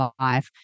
life